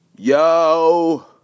Yo